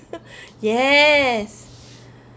yes